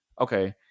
Okay